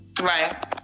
Right